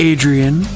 Adrian